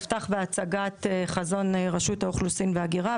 אפתח בהצגת חזון רשות האוכלוסין וההגירה.